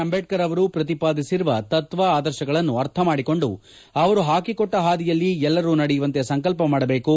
ಅಂಬೇಡ್ಕರ್ ಅವರು ಪ್ರತಿಪಾದಿಸಿರುವ ತತ್ವ ಆದರ್ಶಗಳನ್ನು ಅರ್ಥ ಮಾಡಿಕೊಂಡು ಅವರು ಹಾಕಿಕೊಟ್ಟ ಹಾದಿಯಲ್ಲಿ ಎಲ್ಲರೂ ನಡೆಯುವಂತೆ ಸಂಕಲ್ಪ ಮಾಡಬೇಕು